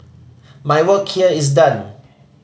my work here is done